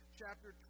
chapter